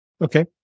Okay